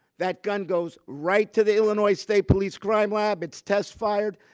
that gun goes right to the illinois state police crime lab. it's test fired,